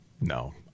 No